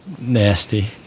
Nasty